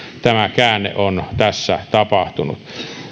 tämä käänne on tässä tapahtunut